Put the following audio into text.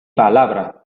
palabra